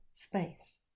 space